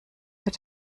wird